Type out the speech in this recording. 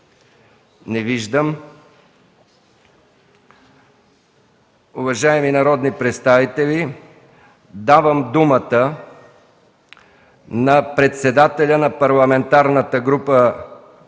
Не виждам. Уважаеми народни представители, давам думата на председателя на Парламентарната група